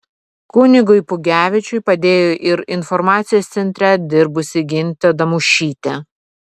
kunigui pugevičiui padėjo ir informacijos centre dirbusi gintė damušytė